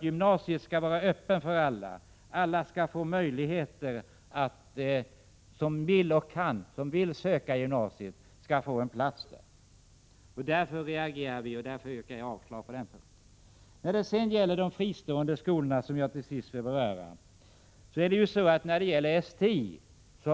Gymnasiet skall vara öppet för alla — alla som vill och kan söka till gymnasiet skall få en plats där. Därför yrkar jag avslag på moderaternas yrkande. Till sist skall jag beröra frågan om de fristående skolorna.